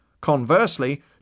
Conversely